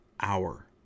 hour